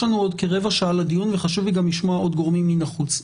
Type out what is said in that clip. יש לנו עוד כרבע שעה לדיון וחשוב לי לשמוע עוד גורמים מהחוץ.